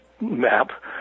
map